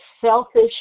selfish